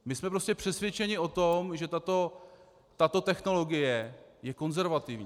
My jsme prostě přesvědčeni o tom, že tato technologie je konzervativní.